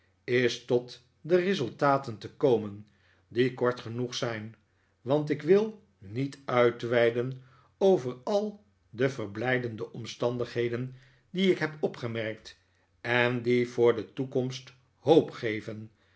is tot de resultaten te komen die kort genoeg zijn want ik wil niet uitweiden over al de verblijdende omstandigheden die ik heb opgemerkt en die voor de toekomst hoop geven